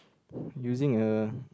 using a